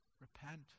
Repent